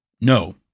No